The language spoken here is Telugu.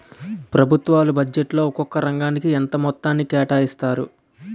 ప్రభుత్వాలు బడ్జెట్లో ఒక్కొక్క రంగానికి కొంత మొత్తాన్ని కేటాయిస్తాయి